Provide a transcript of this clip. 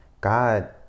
God